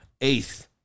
Eighth